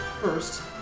first